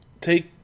take